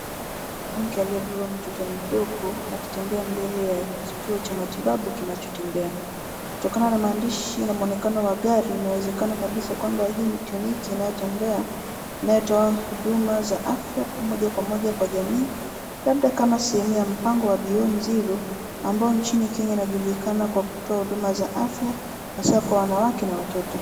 Tunamwona mwanamke aliyebeba mtoto mdogo akitembea mbele ya kituo cha matibabu kinachotembea. Kutokana na maandishi na muonekano wa gari inawezekana kabisa kwamba hii ni kliniki inayo tembea inayo toa huduma za afya moja kwa moja kwa jamii ,labda kama sehemu ya mpango wa {cs}beyond zero{cs} ambayo nchini Kenya inajulikana kwa kutoa huduma za afya hasa kwa wanawake na watoto.